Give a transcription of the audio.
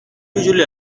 usually